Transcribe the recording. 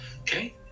Okay